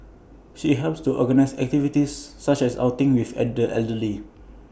she helps to organise activities such as outings with at the elderly